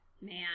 man